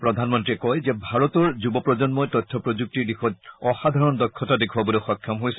প্ৰধানমন্ত্ৰীয়ে কয় যে ভাৰতৰ যূৱ প্ৰজন্মই তথ্য প্ৰযুক্তিৰ দিশত অসাধাৰণ দক্ষতা দেখুৱাবলৈ সক্ষম হৈছে